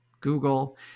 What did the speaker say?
Google